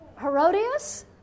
Herodias